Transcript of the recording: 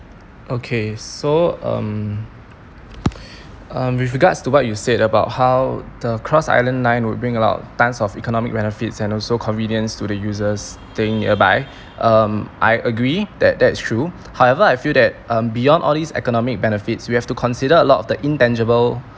okay so um uh with regards to what you said about how the cross island line will bring a lot of tons of economic benefits and also convenience to the users staying nearby um I agree that that's true however I feel that um beyond all these economic benefits we have to consider a lot of the intangible